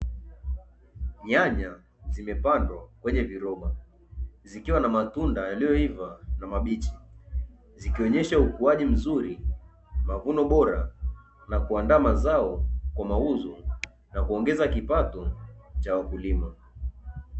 Nyanya zimepandwa kwenye viroba zikiwa na matunda yaliyoiva na mabichi zikionesha ukuaji mzuri, mavuno bora na kuandaa mazao kwa mauzo na kuongeza kipato cha wakulima.